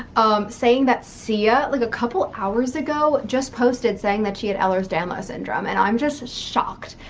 um saying that sia like a couple hours ago just posted saying that she had ehlers-danlos syndrome and i'm just shocked.